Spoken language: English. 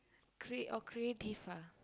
create or creative ah